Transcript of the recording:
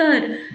तर